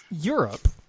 Europe